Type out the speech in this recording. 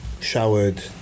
showered